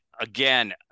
again